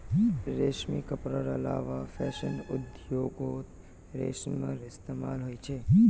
रेशमी कपडार अलावा फैशन उद्द्योगोत रेशमेर इस्तेमाल होचे